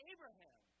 Abraham